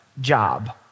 job